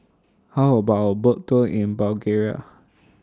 How about A Boat Tour in Bulgaria